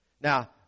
Now